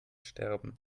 sterben